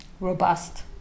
Robust